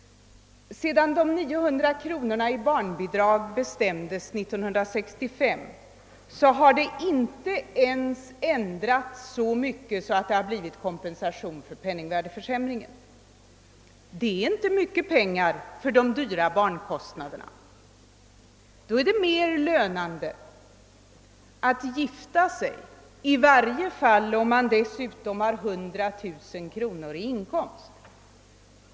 Sedan det 1965 bestämdes att barnbidraget skulle vara 900 kronor har det inte ändrats ens så mycket att det blivit kompensation för penningvärdeförsämringen. 900 kronor är inte mycket pengar med tanke på de höga barnkostnaderna! Då är det mer lönande att gifta sig — i varje fall om man har 100 000 kronor i inkomst.